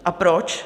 A proč?